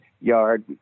yard